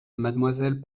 mademoiselle